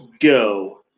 go